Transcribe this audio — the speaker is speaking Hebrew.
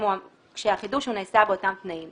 חידוש שנעשה באותם תנאים.